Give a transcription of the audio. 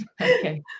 Okay